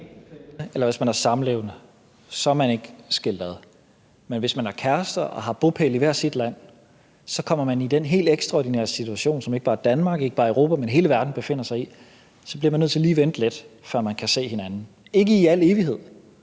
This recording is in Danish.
eller hvis man er samlevende, er man ikke skilt ad. Men hvis man er kærester og har bopæl i hvert sit land, kommer man i den helt ekstraordinære situation, som ikke bare Danmark, ikke bare Europa, men hele verden befinder sig i, at man bliver nødt til lige at vente lidt, før man kan se hinanden – ikke i al evighed.